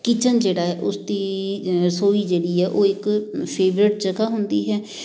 kitchen ਜਿਹੜਾ ਉਸਦੀ ਰਸੋਈ ਜਿਹੜੀ ਹੈ ਉਹ ਇੱਕ ਫੇਵਰਿਟ ਜਗ੍ਹਾ ਹੁੰਦੀ ਹੈ